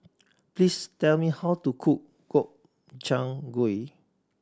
please tell me how to cook Gobchang Gui